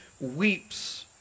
weeps